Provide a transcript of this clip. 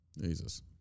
Jesus